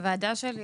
הוועדה שלי,